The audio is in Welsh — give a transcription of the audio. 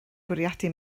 bwriadu